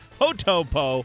hotopo